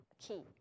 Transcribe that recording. key